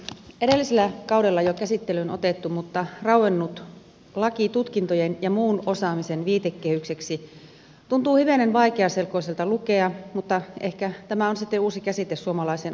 edellisellä kaudella jo käsittelyyn otettu mutta rauennut laki tutkintojen ja muun osaamisen viitekehykseksi tuntuu hivenen vaikeaselkoiselta lukea mutta ehkä tämä on sitten uusi käsite suomalaiseen opetusalan lainsäädäntöön